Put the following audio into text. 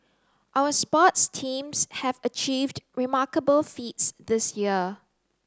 our sports teams have achieved remarkable feats this year